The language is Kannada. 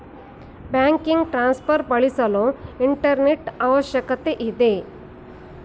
ಬ್ಯಾಂಕಿಂಗ್ ಟ್ರಾನ್ಸ್ಫರ್ ಬಳಸಲು ಇಂಟರ್ನೆಟ್ ಅವಶ್ಯಕತೆ ಇದೆ